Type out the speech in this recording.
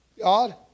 God